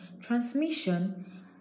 transmission